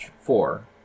four